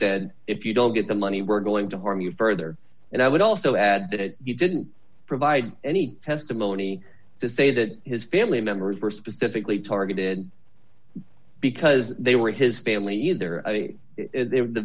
said if you don't get the money we're going to harm you further and i would also add that you didn't provide any testimony to say that his family members were specifically targeted because they were his family either the